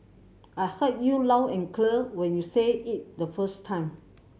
I heard you loud and clear when you said it the first time